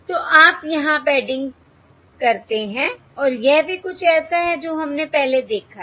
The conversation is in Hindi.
तो आप यहाँ पैडिंग करते हैं और यह भी कुछ ऐसा है जो हमने पहले देखा है